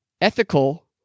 ethical